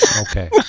Okay